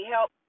Help